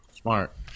smart